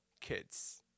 kids